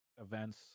events